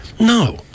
No